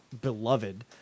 beloved